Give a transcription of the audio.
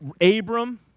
Abram